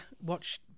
watch